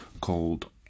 called